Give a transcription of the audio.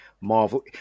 Marvel